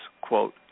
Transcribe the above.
quote